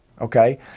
okay